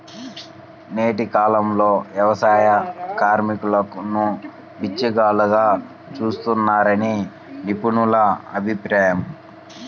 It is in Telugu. నేటి కాలంలో వ్యవసాయ కార్మికులను బిచ్చగాళ్లుగా చూస్తున్నారని నిపుణుల అభిప్రాయం